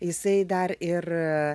jisai dar ir